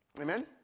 Amen